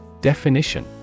Definition